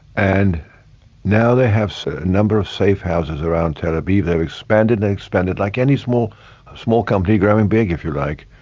and now they have a certain number of safe houses around tel aviv. they've expanded, they expanded like any small small company going big if you like.